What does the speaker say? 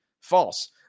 false